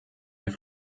der